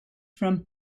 from